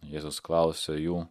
jėzus klausia jų